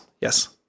Yes